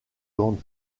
gand